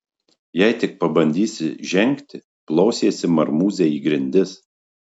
jei tik pabandysi žengti plosiesi marmūze į grindis